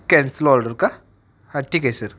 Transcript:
cancel order का हां ठीक आहे सर